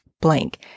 blank